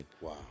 Wow